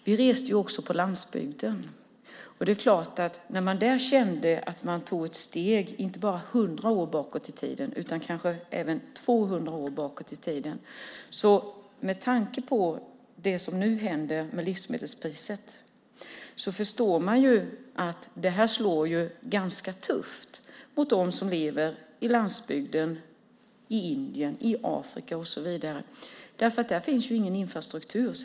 Vi reste också på landsbygden, och det är klart att man där kände att man tog ett steg inte bara 100 år bakåt i tiden utan kanske 200 år. Med tanke på det som nu händer med livsmedelspriset förstår man att det slår ganska tufft mot dem som lever på landsbygden i Indien, i Afrika och så vidare, därför att där finns ju ingen infrastruktur.